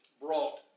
brought